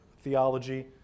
theology